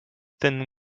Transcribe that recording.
thin